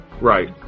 Right